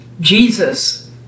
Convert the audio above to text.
Jesus